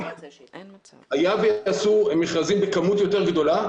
היה ויעשו מכרזים בכמות יותר גדולה,